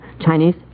Chinese